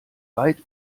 weit